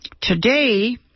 Today